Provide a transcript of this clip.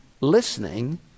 listening